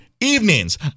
evenings